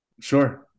Sure